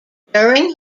during